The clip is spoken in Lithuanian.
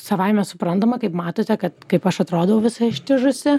savaime suprantama kaip matote kad kaip aš atrodau visa ištižusi